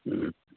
ꯎꯝ